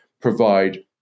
provide